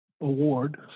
award